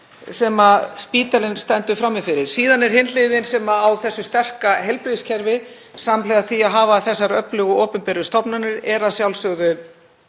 sem spítalinn stendur frammi fyrir. Síðan er það hin hliðin á þessu sterka heilbrigðiskerfi, samhliða því að hafa þessar öflugu opinberu stofnanir, sem er að sjálfsögðu